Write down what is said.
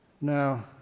Now